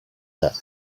that